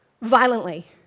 violently